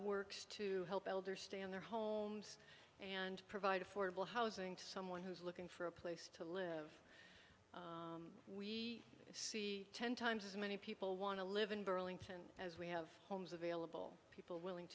works to help elder stay in their homes and provide affordable housing to someone who's looking for a place to live we see ten times as many people want to live in burlington as we have homes available people willing